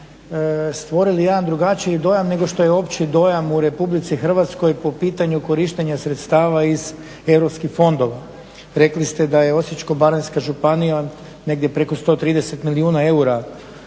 stvorili jedan drugačiji dojam nego što je opći dojam u Republici Hrvatskoj po pitanju korištenja sredstava iz europskih fondova. Rekli ste da je Osječko-baranjska županija negdje preko 130 milijuna eura,